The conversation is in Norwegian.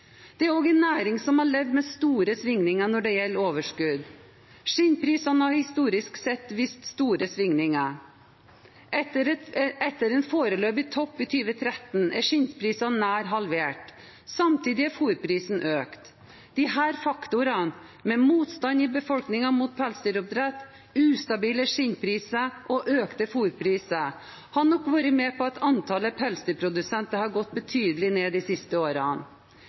Dette er også en næring som har levd med store svingninger når det gjelder overskudd. Skinnprisene har historisk sett vist store svingninger. Etter en foreløpig topp i 2013 er skinnprisene nær halvert. Samtidig har fôrprisen økt. Disse faktorene – motstand i befolkningen mot pelsdyroppdrett, ustabile skinnpriser og økte fôrpriser – har nok vært med på at antallet pelsdyrprodusenter har gått betydelig ned de siste årene.